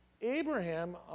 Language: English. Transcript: Abraham